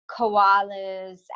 koalas